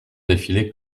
défilaient